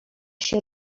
się